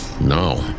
no